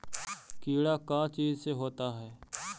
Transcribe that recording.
कीड़ा का चीज से होता है?